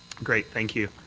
great. thank you.